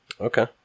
Okay